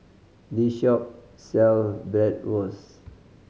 this shop sell Bratwurst